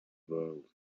world